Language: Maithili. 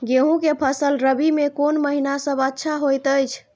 गेहूँ के फसल रबि मे कोन महिना सब अच्छा होयत अछि?